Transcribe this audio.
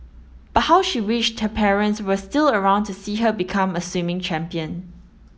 but how she wished her parents were still around to see her become a swimming champion